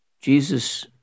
Jesus